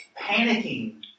panicking